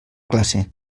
classe